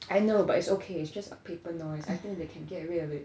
I know but it's okay it's just a paper noise I think they can get rid of it